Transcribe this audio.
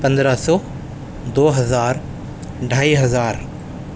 پندرہ سو دو ہزار ڈھائی ہزار